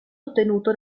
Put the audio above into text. ottenuto